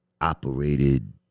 operated